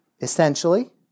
essentially